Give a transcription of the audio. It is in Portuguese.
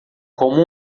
como